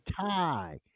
tie